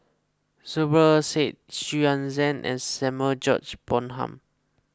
Zubir Said Xu Yuan Zhen and Samuel George Bonham